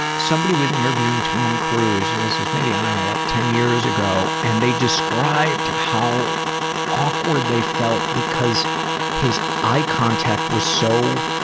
was interviewing tom cruise, and this was maybe and and like ten years ago and they described how awkward they felt because his eye contact was so.